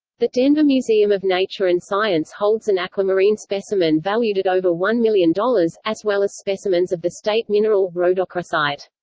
the denver museum of nature and science holds an aquamarine specimen valued at over one million dollars, as well as specimens of the state mineral, rhodochrosite.